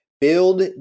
Build